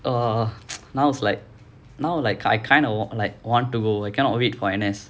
err now it's like now like I kind of like want to go I cannot wait for N_S